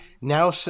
now